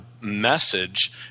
message